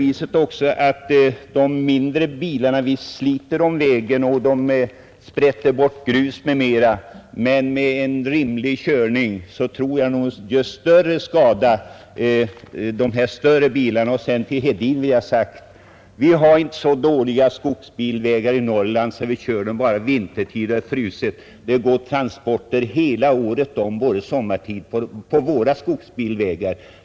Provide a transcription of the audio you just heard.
Visst sliter de mindre bilarna vägen, de sprätter upp grus m.m., men med rimlig körning tror jag att de gör mindre skada än de större bilarna. Vi har inte så dåliga skogsbilvägar i Norrland, herr Hedin, att vi bara kör på dem vintertid när det är fruset — det går tunga skogstransporter hela året om på våra skogsbilvägar.